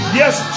yes